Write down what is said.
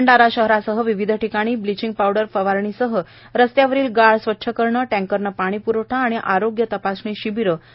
भंडारा शहरासह विविध ठिकाणी ब्लिचिंग पावडर फवारणी रस्त्यावरील गाळ स्वच्छ करणे टँकरणे पाणी पुरवठा व आरोग्य तपासणी शिबीर सुरू झाले आहे